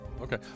okay